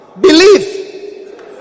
believe